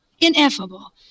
ineffable